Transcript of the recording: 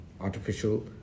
Artificial